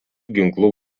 ginklų